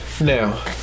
Now